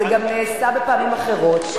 זה נעשה גם בפעמים אחרות.